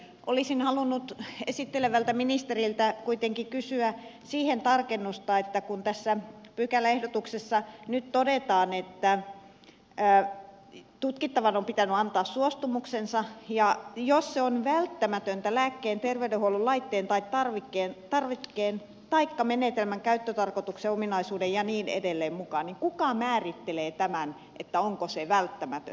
olisin halunnut esittelevältä ministeriltä kuitenkin kysyä siihen tarkennusta kun tässä pykäläehdotuksessa nyt todetaan että tutkittavan on pitänyt antaa suostumuksensa ja että henkilötietoa saa käsitellä jos se on välttämätöntä lääkkeen terveydenhuollon laitteen tai tarvikkeen taikka menetelmän käyttötarkoituksen ominaisuuksien ja niin edelleen mukaan niin kuka määrittelee tämän onko se välttämätöntä